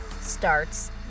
starts